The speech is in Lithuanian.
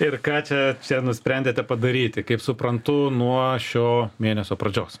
ir ką čia čia ir nusprendėte padaryti kaip suprantu nuo šio mėnesio pradžios